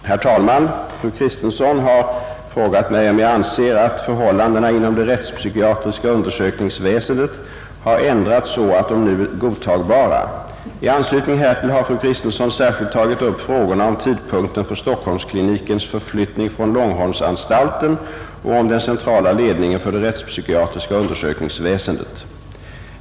Herr talman! Fru Kristensson har frågat mig om jag anser att förhållandena inom det rättspsykiatriska undersökningsväsendet har ändrats så att de nu är godtagbara. I anslutning härtill har fru Kristensson särskilt tagit upp frågorna om tidpunkten för Stockholmsklinikens förflyttning från Långholmsanstalten och om den centrala ledningen för det rättspsykiatriska undersökningsväsendet.